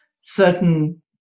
certain